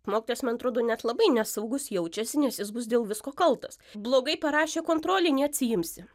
mokytojas man atrodo net labai nesaugus jaučiasi nes jis bus dėl visko kaltas blogai parašė kontrolinį atsiimsi